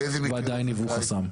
ועדיין היוו חסם.